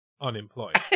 unemployed